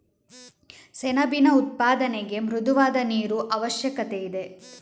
ಸೆಣಬಿನ ಉತ್ಪಾದನೆಗೆ ಮೃದುವಾದ ನೀರು ಅವಶ್ಯಕತೆಯಿದೆ